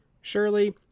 Surely